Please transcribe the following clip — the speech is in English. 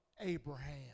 Abraham